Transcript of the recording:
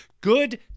Good